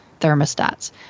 thermostats